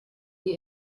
die